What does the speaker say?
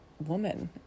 woman